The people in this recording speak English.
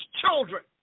children